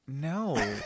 No